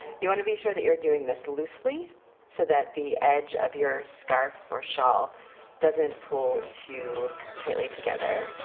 you want to be sure that you're doing this loosely so that the edge of your scarf or shawl doesn't pull too tightly together.